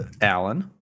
Alan